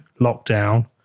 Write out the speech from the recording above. lockdown